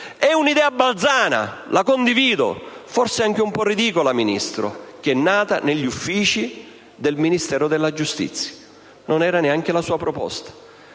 è un'idea balzana, lo condivido, forse anche un po' ridicola, nata negli uffici del Ministero della giustizia. Non era neanche una sua proposta.